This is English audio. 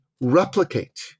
replicate